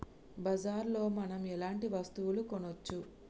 బజార్ లో మనం ఎలాంటి వస్తువులు కొనచ్చు?